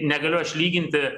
negaliu aš lyginti